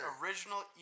original